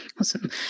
Awesome